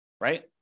right